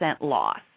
loss